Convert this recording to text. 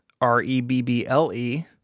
R-E-B-B-L-E